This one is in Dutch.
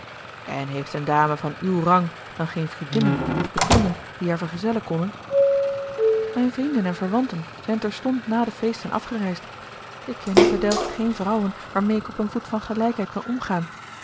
en heeft eene dame van uw rang dan geene vriendinnen of bekenden die haar vergezellen konnen mijne vrienden en verwanten zijn terstond na de feesten afgereisd ik ken hier te delft geene vrouwe waarmeê ik op een voet van gelijkheid kan omgaan